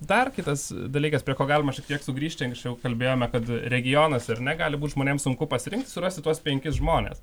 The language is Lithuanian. dar kitas dalykas prie ko galima šiek tiek sugrįžti anksčiau kalbėjome kad regionas ar ne gali būti žmonėms sunku pasirinkti surasti tuos penkis žmones